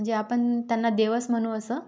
म्हणजे आपण त्यांना देवच म्हणू असं